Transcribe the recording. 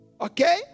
Okay